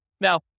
Now